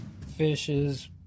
fishes